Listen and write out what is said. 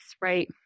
right